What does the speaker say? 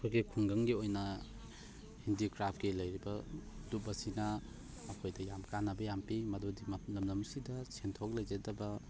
ꯑꯩꯈꯣꯏ ꯈꯨꯡꯒꯪꯒꯤ ꯑꯣꯏꯅ ꯍꯦꯟꯗꯤꯀ꯭ꯔꯥꯐꯀꯤ ꯂꯩꯔꯤꯕ ꯂꯨꯞ ꯑꯁꯤꯅ ꯑꯩꯈꯣꯏꯗ ꯌꯥꯝ ꯀꯥꯟꯅꯕ ꯌꯥꯝ ꯄꯤ ꯃꯗꯨꯗꯤ ꯂꯝꯗꯝꯁꯤꯗ ꯁꯦꯟꯊꯣꯛ ꯂꯩꯖꯗꯕ